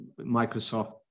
microsoft